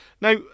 Now